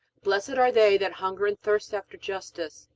blessed are they that hunger and thirst after justice,